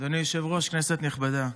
אדוני היושב-ראש, כנסת נכבדה,